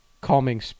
calming